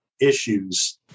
issues